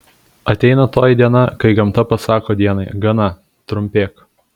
ateina toji diena kai gamta pasako dienai gana trumpėk